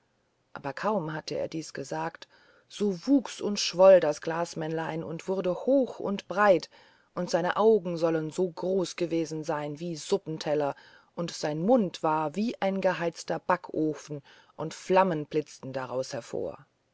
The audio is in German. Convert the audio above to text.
aber kaum hatte er dies gesagt so wuchs und schwoll das glasmännlein und wurde hoch und breit und seine augen sollen so groß gewesen sein wie suppenteller und sein mund war wie ein geheizter backofen und flammen blitzten daraus hervor